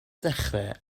ddechrau